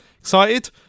Excited